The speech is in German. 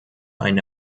einen